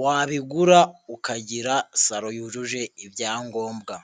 wabigura ukagira saro yujuje ibyangombwa.